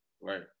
Right